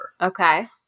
Okay